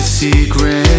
Secret